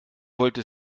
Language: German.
wollte